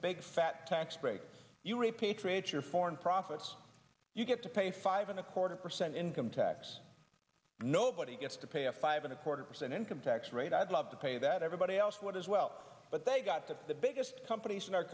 big fat tax break you repatriate your foreign profits you get to pay five and a quarter percent income tax nobody gets to pay a five and a quarter percent income tax rate i'd love to pay that everybody else would as well but they got that the biggest companies in our